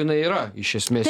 jinai yra iš esmės